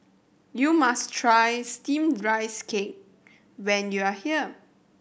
you must try Steamed Rice Cake when you are here